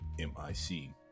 M-I-C